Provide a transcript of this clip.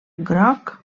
groc